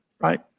right